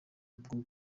bwo